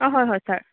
অঁ হয় হয় ছাৰ